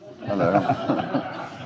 hello